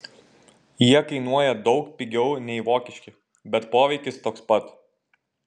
jie kainuoja daug pigiau nei vokiški bet poveikis toks pat